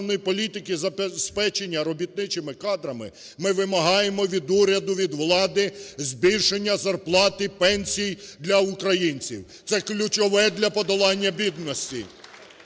проведення державної політики забезпечення робітничими кадрами. Ми вимагаємо від уряду, від влади збільшення зарплат і пенсій для українців! Це ключове для подолання бідності.